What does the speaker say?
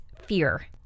fear